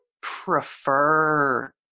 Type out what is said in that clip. prefer